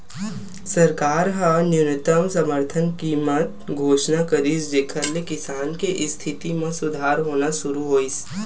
सरकार ह न्यूनतम समरथन कीमत घोसना करिस जेखर ले किसान के इस्थिति म सुधार होना सुरू होइस